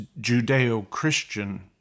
Judeo-Christian